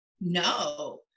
no